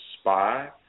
spy